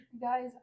guys